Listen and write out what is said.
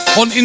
on